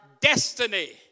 destiny